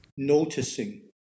noticing